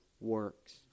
works